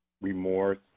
remorse